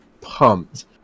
pumped